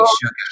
sugar